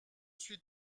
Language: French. suis